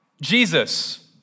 Jesus